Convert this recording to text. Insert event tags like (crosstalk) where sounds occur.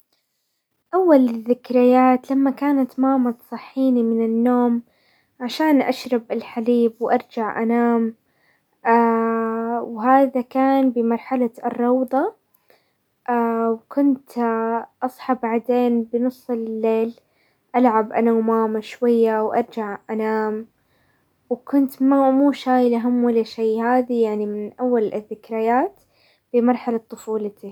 اول الذكريات لما كانت ماما تصحيني من النوم عشان اشرب الحليب وارجع انام، (hesitation) وهذا كان بمرحلة الروضة، (hesitation) وكنت (hesitation) اصحى بعدين بنص الليل العب انا وماما شوية وارجع انام، وكنت مو شايلة هم ولا شي. هذي يعني من اول الذكريات في مرحلة طفولتي.